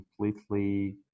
completely